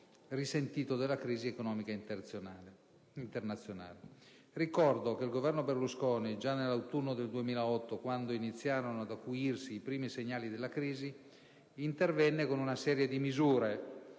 Ricordo che il Governo Berlusconi già nell'autunno del 2008, quando iniziarono ad acuirsi i primi segnali della crisi, intervenne con una serie di misure;